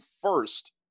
first